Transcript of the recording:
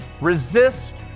Resist